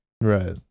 Right